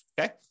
okay